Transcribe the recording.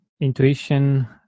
intuition